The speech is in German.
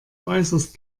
äußerst